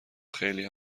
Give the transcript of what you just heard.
خیلی